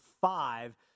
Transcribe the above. five